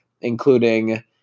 including